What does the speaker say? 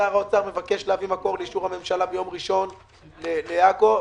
שר האוצר מבקש להציג לאישור הממשלה מקור נוסף ביום ראשון הקרוב לעכו,